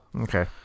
okay